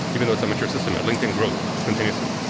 even though it's a matured system, at linkedin grows continuously.